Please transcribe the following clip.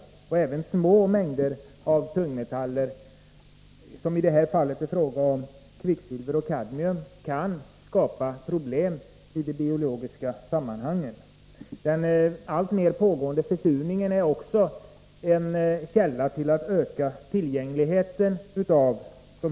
Även små 139 mängder tungmetaller — i det här fallet är det fråga om kvicksilver och kadmium -— kan skapa problem i de biologiska sammanhangen. Den allt värre försurningen leder också till en ökning av de här ämnena.